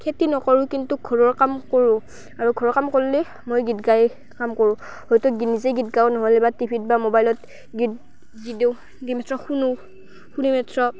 খেতি নকৰোঁ কিন্তু ঘৰৰ কাম কৰোঁ আৰু ঘৰৰ কাম কৰিলে মই গীত গায় কাম কৰোঁ হয়তো নিজে গীত গাওঁ নহ'লে বা টিভিত বা ম'বাইলত গীত দি দিওঁ দি মাত্ৰ শুনো শুনি মাত্ৰ